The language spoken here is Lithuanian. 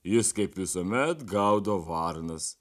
jis kaip visuomet gaudo varnas